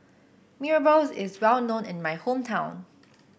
Mee Rebus is well known in my hometown